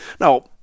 Now